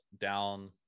down